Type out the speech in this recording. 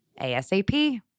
ASAP